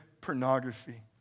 pornography